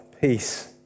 peace